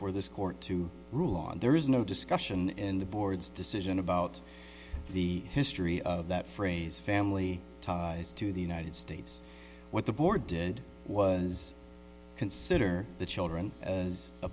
for this court to rule on there is no discussion in the board's decision about the history of that phrase family ties to the united states what the board did was consider the children as a